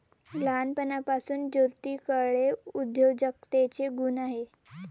लहानपणापासून ज्योतीकडे उद्योजकतेचे गुण आहेत